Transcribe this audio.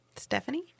Stephanie